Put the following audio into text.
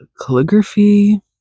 calligraphy